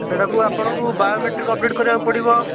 ସେଇଟାକୁ ଆପଣଙ୍କୁ biometric update କରିବାକୁ ପଡ଼ିବ